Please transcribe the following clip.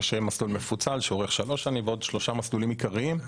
יש מסלול מפוצל שאורך שלוש שנים ועוד שלושה מסלולים עיקריים,